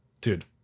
Dude